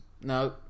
No